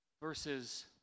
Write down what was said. versus